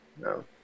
No